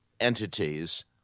entities